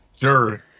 Sure